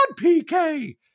PK